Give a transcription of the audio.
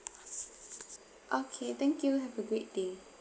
okay thank you have a great day